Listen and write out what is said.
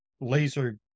laser